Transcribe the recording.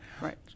Right